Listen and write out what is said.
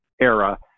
era –